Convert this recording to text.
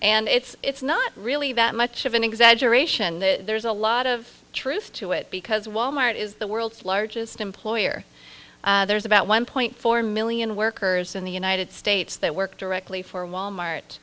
and it's not really that much of an exaggeration there's a lot of truth to it because wal mart is the world's largest employer there's about one point four million workers in the united states that work directly for wal mart